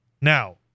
Now